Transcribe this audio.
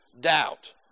doubt